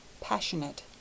passionate